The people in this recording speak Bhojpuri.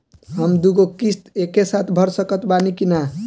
हम दु गो किश्त एके साथ भर सकत बानी की ना?